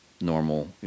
normal